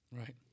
Right